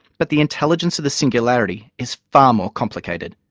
but the intelligence of the singularity is far more complicated.